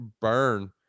burn